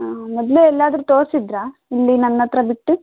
ಹಾಂ ಮೊದಲೇ ಎಲ್ಲಾದ್ರೂ ತೋರಿಸಿದ್ರಾ ಇಲ್ಲಿ ನನ್ನ ಹತ್ರ ಬಿಟ್ಟು